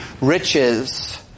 riches